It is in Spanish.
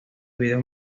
videos